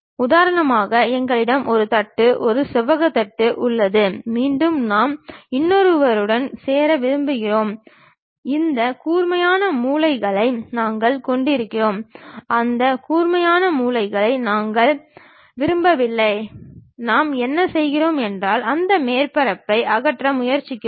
உதாரணமாக எங்களிடம் ஒரு தட்டு ஒரு செவ்வக தட்டு உள்ளது மீண்டும் நாம் இன்னொருவருடன் சேர விரும்புகிறோம் இந்த கூர்மையான மூலைகளை நாங்கள் கொண்டிருக்கிறோம் அந்த கூர்மையான மூலைகளை நாங்கள் விரும்பவில்லை நாம் என்ன செய்கிறோம் என்றால் அந்த மேற்பரப்பை அகற்ற முயற்சிக்கிறோம்